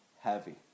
heavy